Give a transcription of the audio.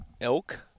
Elk